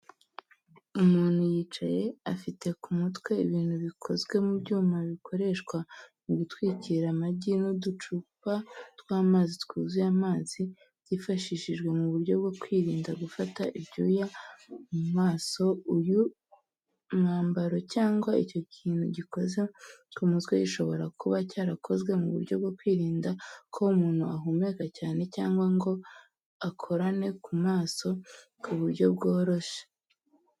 Umuntu yicaye, afite ku mutwe ibintu bikozwe mu byuma bikoreshwa mu gutwikira amagi n’uducupa tw’amazi twuzuye amazi, byifashishijwe mu buryo bwo kwirinda gufata ibyuya mu maso, uyu mwambaro cyangwa icyo kintu gikoze ku mutwe gishobora kuba cyarakozwe mu buryo bwo kwirinda ko umuntu ahumeka cyane cyangwa ngo akorane ku maso ku buryo bworoshye.